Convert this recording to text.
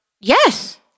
Yes